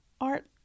art